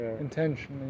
intentionally